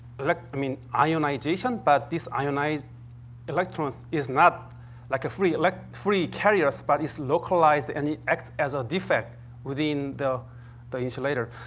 i mean ionization, but these ionized electrons is not like a free elect free carriers but it's localized and it acts as a defect within the the insulator.